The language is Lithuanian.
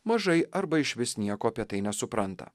mažai arba išvis nieko apie tai nesupranta